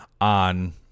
on